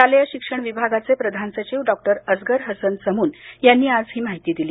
शालेय शिक्षण विभागाचे प्रधान सचिव डॉ असगर हसन समून यांनी आज ही माहिती दिली